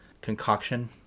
concoction